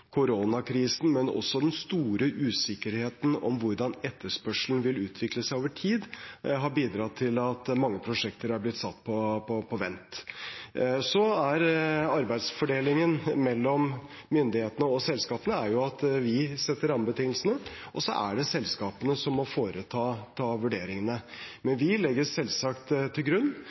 koronakrisen og også den store usikkerheten om hvordan etterspørselen vil utvikle seg over tid, har bidratt til at mange prosjekter er blitt satt på vent. Arbeidsfordelingen mellom myndighetene og selskapene er at vi setter rammebetingelsene, og selskapene må ta vurderingene. Men vi legger selvsagt til grunn